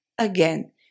Again